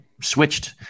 switched